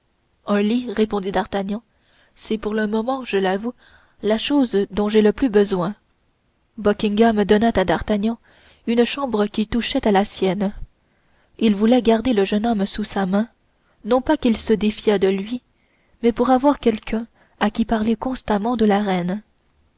un lit répondit d'artagnan c'est pour le moment je l'avoue la chose dont j'ai le plus besoin buckingham donna à d'artagnan une chambre qui touchait à la sienne il voulait garder le jeune homme sous sa main non pas qu'il se défiât de lui mais pour avoir quelqu'un à qui parler constamment de la reine